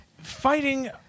Fighting